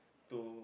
to